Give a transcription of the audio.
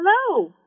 Hello